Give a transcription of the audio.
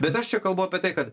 bet aš čia kalbu apie tai kad